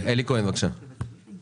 אני רוצה